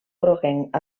groguenc